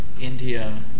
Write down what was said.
India